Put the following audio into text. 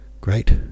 Great